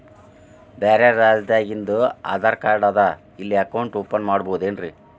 ಬ್ಯಾರೆ ರಾಜ್ಯಾದಾಗಿಂದು ಆಧಾರ್ ಕಾರ್ಡ್ ಅದಾ ಇಲ್ಲಿ ಅಕೌಂಟ್ ಓಪನ್ ಮಾಡಬೋದೇನ್ರಿ?